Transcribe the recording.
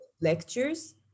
lectures